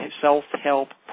self-help